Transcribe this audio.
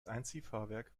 einziehfahrwerk